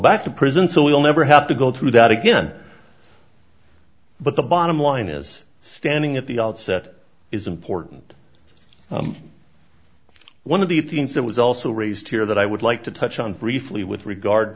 back to prison so we'll never have to go through that again but the bottom line is standing at the outset is important one of the things that was also raised here that i would like to touch on briefly with regard